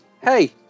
Hey